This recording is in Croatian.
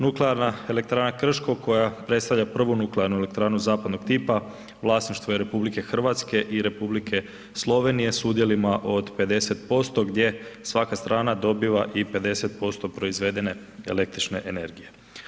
Nuklearna elektrana Krško koja predstavlja prvu nuklearnu elektranu zapadnog tipa, vlasništvo je RH i Republike Slovenije s udjelima od 50% gdje svaka strana dobiva i 50% proizvede električne energije.